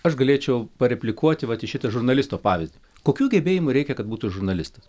aš galėčiau pareplikuoti vat į šitą žurnalisto pavyzdį kokių gebėjimų reikia kad būtų žurnalistas